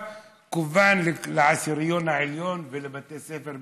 כוון לעשירון העליון ולבתי ספר מבוססים,